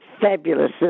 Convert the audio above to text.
fabulous